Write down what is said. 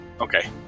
okay